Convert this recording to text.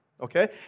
okay